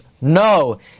No